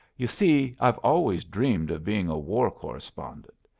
you see, i've always dreamed of being a war correspondent.